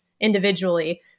individually